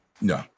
No